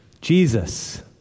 jesus